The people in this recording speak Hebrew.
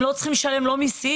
הם לא צריכים לשלם מיסים,